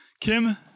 Kim